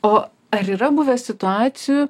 o ar yra buvę situacijų